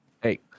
Hey